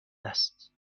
است